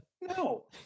No